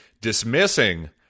dismissing